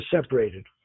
separated